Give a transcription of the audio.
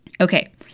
Okay